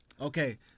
Okay